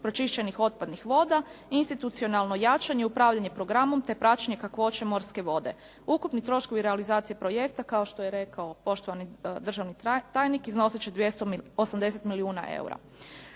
pročišćenih otpadnih voda, institucionalno jačanje i upravljanje programom te praćenje kakvoće morske vode. Ukupni troškovi realizacije projekta kao što je rekao poštovani državni tajnik iznositi će 280 milijuna eura.